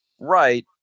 right